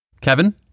kevin